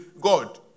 God